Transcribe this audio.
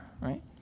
Right